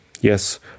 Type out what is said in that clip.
yes